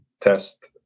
test